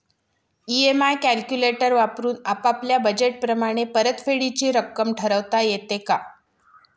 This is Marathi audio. इ.एम.आय कॅलक्युलेटर वापरून आपापल्या बजेट प्रमाणे परतफेडीची रक्कम ठरवता येते का?